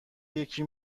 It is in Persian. یکی